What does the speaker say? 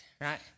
right